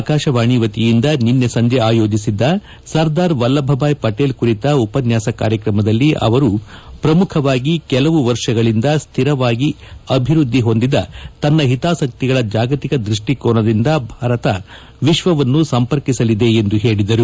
ಆಕಾಶವಾಣಿ ವತಿಯಿಂದ ನಿನ್ನೆ ಸಂಜೆ ಆಯೋಜಿಸಿದ್ದ ಸರ್ದಾರ್ ವಲ್ಲಭಭಾಯಿ ಪಟೇಲ್ ಕುರಿತ ಉಪನ್ಲಾಸ ಕಾರ್ಯಕ್ರಮದಲ್ಲಿ ಅವರು ಪ್ರಮುಖವಾಗಿ ಕೆಲವು ವರ್ಷಗಳಿಂದ ಸ್ಟಿರವಾಗಿ ಅಭಿವೃದ್ದಿಹೊಂದಿದ ತನ್ನ ಹಿತಾಸಕ್ತಿಗಳ ಜಾಗತಿಕ ದೃಷ್ಟಿಕೋನದಿಂದ ಭಾರತ ವಿಶ್ವವನ್ನು ಸಂಪರ್ಕಿಸಲಿದೆ ಎಂದು ಹೇಳಿದರು